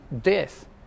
death